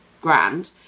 grand